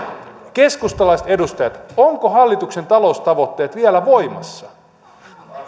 keskustalaiset edustajat ovatko hallituksen taloustavoitteet vielä voimassa